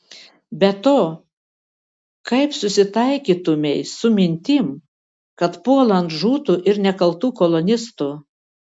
be to kaip susitaikytumei su mintim kad puolant žūtų ir nekaltų kolonistų